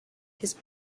his